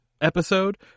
episode